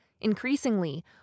Increasingly